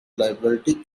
liberty